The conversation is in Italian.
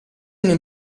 hanno